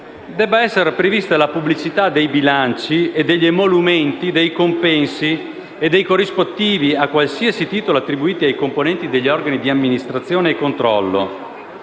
debba essere prevista la pubblicità dei bilanci e degli emolumenti, dei compensi e dei corrispettivi a qualsiasi titolo attribuiti ai componenti degli organi di amministrazione e controllo.